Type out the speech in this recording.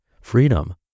freedom